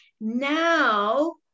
now